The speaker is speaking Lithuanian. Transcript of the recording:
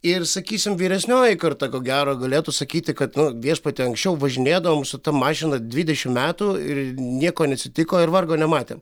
ir sakysim vyresnioji karta ko gero galėtų sakyti kad nu viešpatie anksčiau važinėdavom su ta mašina dvidešim metų ir nieko neatsitiko ir vargo nematėm